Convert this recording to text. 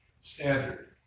standard